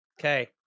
Okay